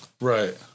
Right